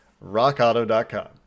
RockAuto.com